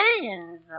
Millions